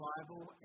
Bible